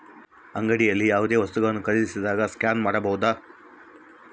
ಅಂಗಡಿಯಲ್ಲಿ ಯಾವುದೇ ವಸ್ತುಗಳನ್ನು ಖರೇದಿಸಿದಾಗ ಸ್ಕ್ಯಾನ್ ಮಾಡಬಹುದಾ?